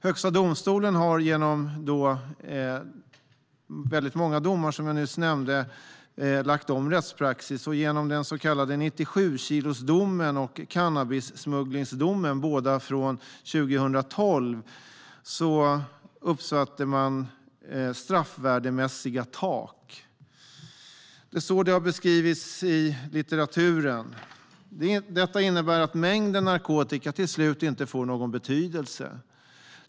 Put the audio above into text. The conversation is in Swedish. Högsta domstolen har genom väldigt många domar, som jag nyss nämnde, lagt om rättspraxis. Genom den så kallade 97-kilosdomen och cannabissmugglingsdomen, båda från 2012, uppsatte man straffvärdemässiga tak. Det är så det har beskrivits i litteraturen. Detta innebär att mängden narkotika till slut inte får någon betydelse.